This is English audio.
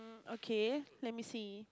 okay let me see